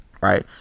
right